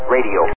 Radio